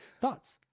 Thoughts